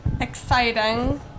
exciting